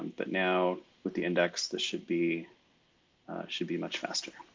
but now with the index, this should be should be much faster.